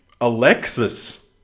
Alexis